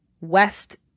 West